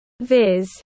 Viz